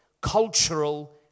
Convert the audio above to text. cultural